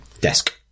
Desk